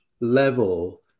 level